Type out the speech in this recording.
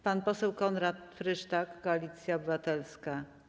Pan poseł Konrad Frysztak, Koalicja Obywatelska.